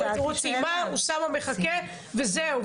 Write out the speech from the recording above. רות סיימה, אוסאמה מחכה, וזהו.